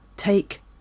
Take